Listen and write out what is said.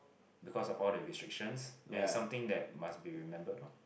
because of all the restrictions and something that must be remembered lor